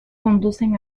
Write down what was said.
conducen